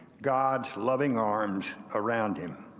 god's loving arms around him.